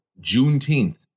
Juneteenth